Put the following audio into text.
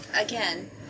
again